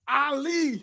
ali